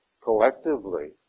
collectively